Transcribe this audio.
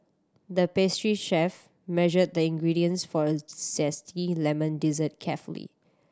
the pastry chef measured the ingredients for a zesty lemon dessert carefully